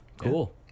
cool